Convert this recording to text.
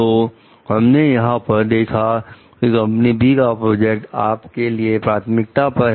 तो हमने यहां यह देखा कि कंपनी " बी" का प्रोजेक्ट आपके लिए प्राथमिकता पर है